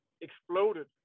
exploded